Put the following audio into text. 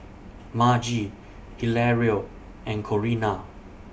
Margie Hilario and Corinna